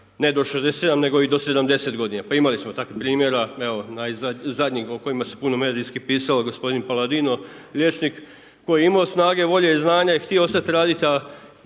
ne do 67 nego i do 70 godina. Pa imali smo takvih primjera, evo zadnjih o kojima se puno medijski pisalo, gospodin Paladino, liječnik, koji je imao snage, volje i znanja i htio ostati raditi